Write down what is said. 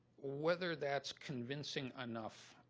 whether that's convincing enough,